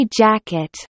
jacket